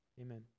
Amen